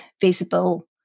visible